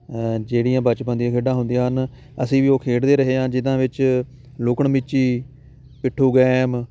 ਜਿਹੜੀਆਂ ਬਚਪਨ ਦੀਆਂ ਖੇਡਾਂ ਹੁੰਦੀਆਂ ਹਨ ਅਸੀਂ ਵੀ ਉਹ ਖੇਡਦੇ ਰਹੇ ਹਾਂ ਜਿਨ੍ਹਾਂ ਵਿੱਚ ਲੁਕਣ ਮਿਚੀ ਪਿੱਠੂ ਗੇਮ